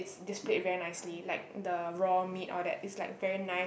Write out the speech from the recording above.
displayed very nicely like the raw meat all that it's like very nice